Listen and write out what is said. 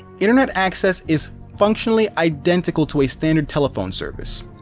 internet access is functionally identical to a standard telephone service.